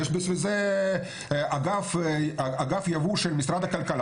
יש בשביל זה אגף ייבוא של משרד הכלכלה